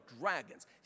dragons